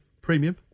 Premium